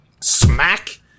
smack